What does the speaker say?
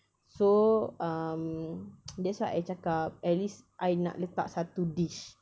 so um that's why I cakap at least I nak letak satu dish